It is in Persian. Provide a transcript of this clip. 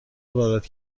وارد